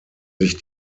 sich